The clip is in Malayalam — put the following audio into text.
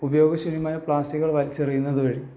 ഉപയോഗശൂന്യമായ പ്ലാസ്റ്റിക്കുകൾ വലിച്ചെറിയുന്നത് വഴി